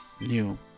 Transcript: new